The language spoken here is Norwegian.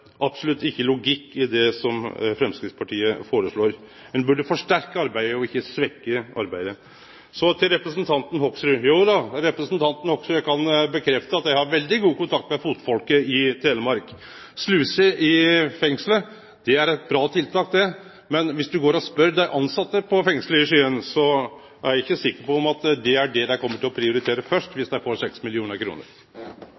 absolutt ikkje logikk i det Framstegspartiet foreslår. Ein burde forsterke arbeidet, og ikkje svekkje arbeidet. Så til representanten Hoksrud: Overfor representanten Hoksrud kan eg bekrefte at eg har veldig god kontakt med fotfolket i Telemark. Sluser i fengslet – det er eit bra tiltak, det, men om ein går og spør dei tilsette i fengslet i Skien, er eg ikkje sikker på om dei seier at det er det dei kjem til å prioritere først